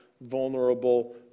vulnerable